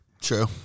true